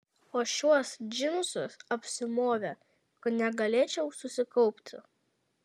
o šiuos džinsus apsimovė kad negalėčiau susikaupti